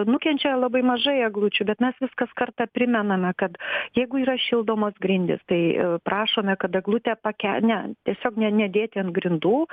nukenčia labai mažai eglučių bet mes vis kas kartą primename kad jeigu yra šildomos grindys tai prašome kad eglutę pakel ne tiesiog ne nedėti ant grindų